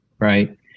right